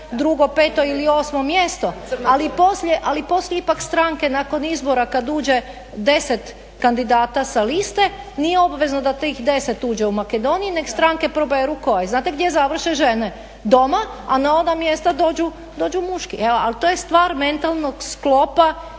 drugo, peto ili osmo mjesto, ali poslije ipak stranke nakon izbora kad uđe 10 kandidata sa liste nije obvezno da tih 10 uđe u Makedoniji, nego stranke proberu koje. Znate gdje završe žene? Doma, a na ovo mjesto dođu muški, evo ali to je stvar mentalnog sklopa